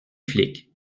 flic